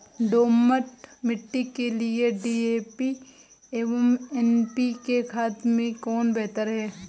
दोमट मिट्टी के लिए डी.ए.पी एवं एन.पी.के खाद में कौन बेहतर है?